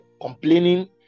complaining